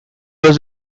was